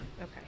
Okay